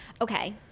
Okay